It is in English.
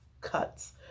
cuts